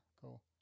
cool